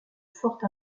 forte